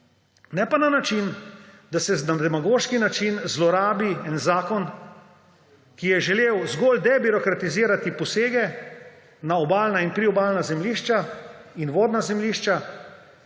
Ne pa na način, da se na demagoški način zlorabi en zakon, ki je želel zgolj debirokratizirati posege na obalna in priobalna zemljišča in vodna zemljišča